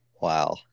Wow